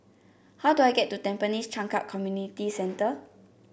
how do I get to Tampines Changkat Community Centre